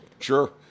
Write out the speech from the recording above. sure